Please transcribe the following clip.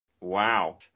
wow